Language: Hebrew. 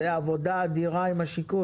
זו עבודה אדירה עם השיכון.